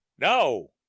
No